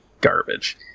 garbage